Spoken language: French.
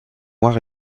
noirs